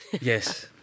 Yes